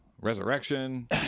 resurrection